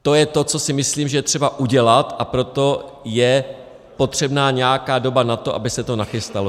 To je to, co si myslím, že je třeba udělat, a proto je potřebná nějaká doba na to, aby se to nachystalo.